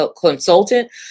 consultant